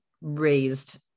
raised